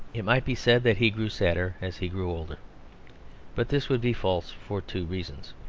it might be said that he grew sadder as he grew older but this would be false, for two reasons.